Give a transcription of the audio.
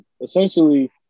essentially